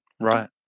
Right